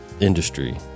industry